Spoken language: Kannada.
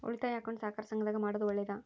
ಉಳಿತಾಯ ಅಕೌಂಟ್ ಸಹಕಾರ ಸಂಘದಾಗ ಮಾಡೋದು ಒಳ್ಳೇದಾ?